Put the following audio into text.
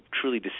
truly